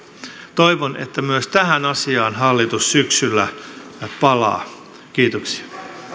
toivon että myös tähän asiaan hallitus syksyllä palaa kiitoksia